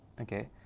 okay